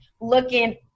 looking